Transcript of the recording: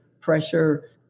pressure